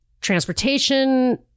transportation